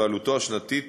ועלותו השנתית